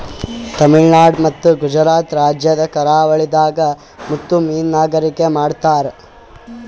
ತಮಿಳುನಾಡ್ ಮತ್ತ್ ಗುಜರಾತ್ ರಾಜ್ಯದ್ ಕರಾವಳಿದಾಗ್ ಮುತ್ತ್ ಮೀನ್ಗಾರಿಕೆ ಮಾಡ್ತರ್